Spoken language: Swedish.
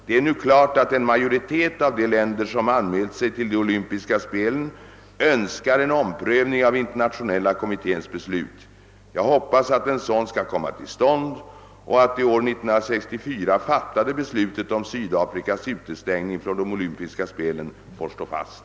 Det är nu klart att en majoritet av de länder som anmält sig till de olympiska spelen önskar en omprövning av internationella kommitténs beslut. Jag hoppas att en sådan kan komma till stånd och att det år 1964 fattade beslutet om Sydafrikas utestängning från de olympiska spelen får stå fast.